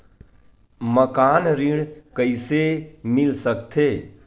मकान ऋण कइसे मिल सकथे?